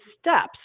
steps